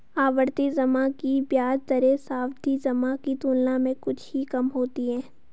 आवर्ती जमा की ब्याज दरें सावधि जमा की तुलना में कुछ ही कम होती हैं